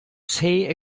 say